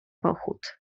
pochód